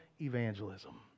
evangelism